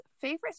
favorite